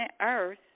earth